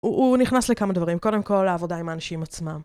הוא נכנס לכמה דברים, קודם כל לעבודה עם האנשים עצמם.